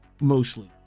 mostly